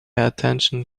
attention